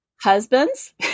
husbands